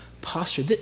posture